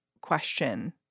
question